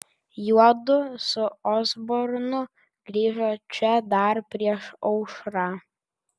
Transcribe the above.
juodu su osbornu grįžo čia dar prieš aušrą